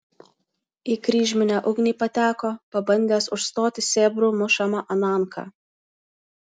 į kryžminę ugnį pateko pabandęs užstoti sėbrų mušamą ananką